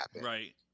right